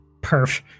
Perf